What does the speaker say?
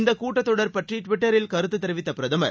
இந்தக்கூட்டத்தொடர் பற்றி டுவிட்டரில் கருத்து தெரிவித்த பிரதமர்